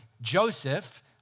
Joseph